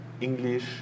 English